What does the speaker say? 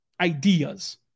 ideas